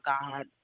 God